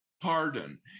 pardon